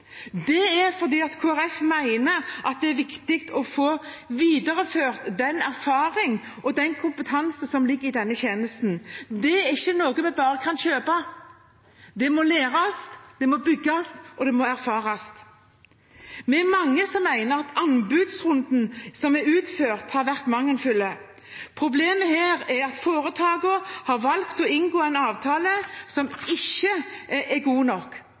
Det er fordi Kristelig Folkeparti mener det er viktig å få videreført den erfaring og den kompetanse som ligger i denne tjenesten. Det er ikke noe vi bare kan kjøpe. Det må læres, det må bygges, og det må erfares. Vi er mange som mener at anbudsrunden som er utført, har vært mangelfull. Problemet er at foretakene har valgt å inngå en avtale som ikke er god nok.